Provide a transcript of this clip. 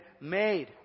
made